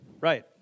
right